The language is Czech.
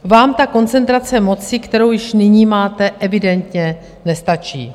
Vám ta koncentrace moci, kterou již nyní máte, evidentně nestačí.